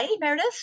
Meredith